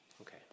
Okay